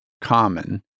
common